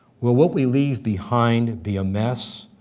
will what we leave behind be a mess?